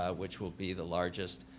ah which will be the largest